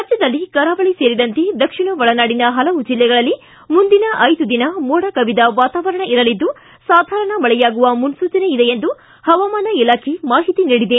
ರಾಜ್ಯದ ಕರಾವಳಿ ಸೇರಿದಂತೆ ದಕ್ಷಿಣ ಒಳನಾಡಿನ ಹಲವು ಜಿಲ್ಲೆಗಳಲ್ಲಿ ಮುಂದಿನ ಐದು ದಿನ ಮೋಡ ಕವಿದ ವಾತಾವರಣ ಇರಲಿದ್ದು ಸಾಧಾರಣ ಮಳೆಯಾಗುವ ಮುನೂಚನೆ ಇದೆ ಎಂದು ಪವಾಮಾನ ಇಲಾಖೆ ಮಾಹಿತಿ ನೀಡಿದೆ